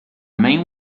main